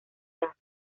gas